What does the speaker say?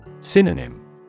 Synonym